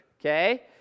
okay